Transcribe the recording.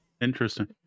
Interesting